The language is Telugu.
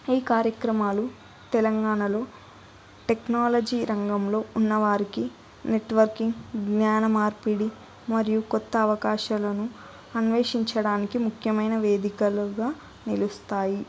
ఈ కార్యక్రమాలు తెలంగాణలో టెక్నాలజీ రంగంలో ఉన్నవారికి నెట్వర్కింగ్ జ్ఞాన మార్పిడి మరియు కొత్త అవకాశాలను అన్వేషించడానికి ముఖ్యమైన వేదికలుగా నిలుస్తాయి